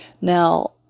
now